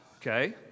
okay